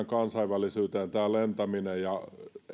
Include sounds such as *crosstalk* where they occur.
*unintelligible* kansainvälisyyteen kuuluu lentäminen ja ei